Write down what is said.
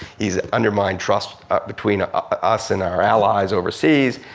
he's undermined trust between ah us and our allies over seas.